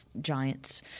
giants